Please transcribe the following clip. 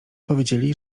powiedzieli